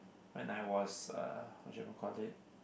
when I was uh what should I even call it